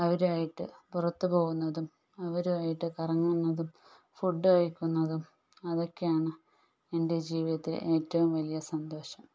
അവരുമായിട്ട് പുറത്തു പോകുന്നതും അവരുമായിട്ട് കറങ്ങുന്നതും ഫുഡ് കഴിക്കുന്നതും അതൊക്കെയാണ് എൻ്റെ ജീവിതത്തിലെ ഏറ്റവും വലിയ സന്തോഷം